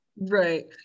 Right